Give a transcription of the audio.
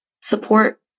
support